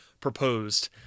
proposed